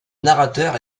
narrateur